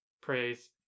praise